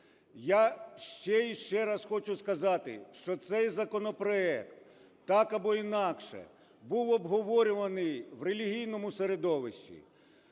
Я ще і ще раз хочу сказати, що цей законопроект так або інакше був обговорюваний в релігійному середовищі,